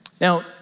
Now